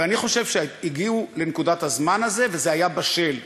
ואני חושב שהגיעו לנקודת הזמן הזו, וזה היה בשל.